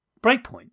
breakpoint